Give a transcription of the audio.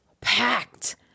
packed